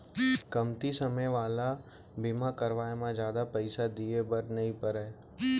कमती समे वाला बीमा करवाय म जादा पइसा दिए बर नइ परय